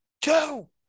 two